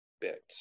bit